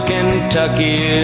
Kentucky